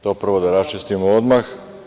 To prvo da raščistimo odmah.